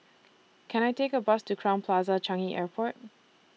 Can I Take A Bus to Crowne Plaza Changi Airport